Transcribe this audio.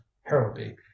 Harrowby